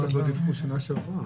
לא דיווחו בשנה שעברה.